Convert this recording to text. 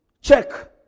check